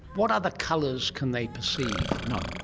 what other colours can they perceive? none.